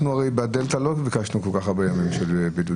אנחנו הרי בדלתא לא ביקשנו כל כך הרבה ימים של בידוד.